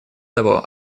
того